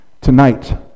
Tonight